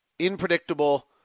unpredictable